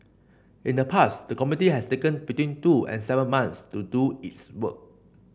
in the past the committee has taken between two and seven months to do its work